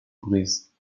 breeze